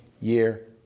year